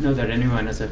know that anyone has